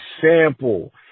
sample